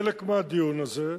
חלק מהדיון הזה,